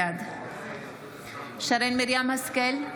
בעד שרן מרים השכל,